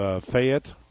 Fayette